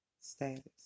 status